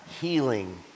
healing